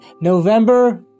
November